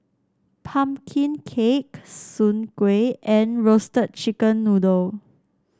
pumpkin cake Soon Kueh and Roasted Chicken Noodle